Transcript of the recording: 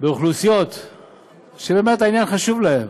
באוכלוסיות שבאמת העניין חשוב להן.